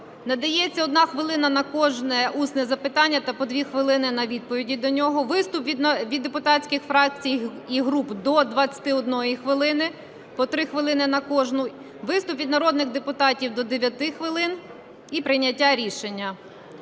Надається 1 хвилина на кожне усне запитання та по 2 хвилини на відповіді до нього. Виступ від депутатських фракцій і груп до 21 хвилини, по 3 хвилини на кожну. Виступ від народних депутатів до 9 хвилин. І прийняття рішення.